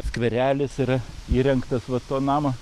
skverelis yra įrengtas vat to namo